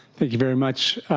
thank you very much.